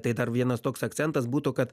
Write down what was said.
tai dar vienas toks akcentas būtų kad